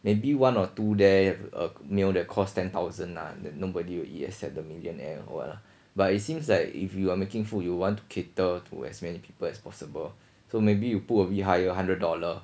maybe one or two there uh a meal that costs ten thousand ah that nobody would you except the millionaire or what lah but it seems like if you are making food you want to cater to as many people as possible so maybe you put a bit higher hundred dollar